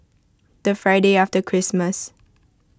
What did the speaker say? the Friday after Christmas